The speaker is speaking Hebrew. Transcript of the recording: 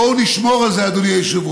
בואו נשמור על זה, אדוני היושב-ראש.